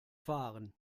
fahren